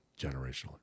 generationally